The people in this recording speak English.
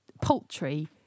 poultry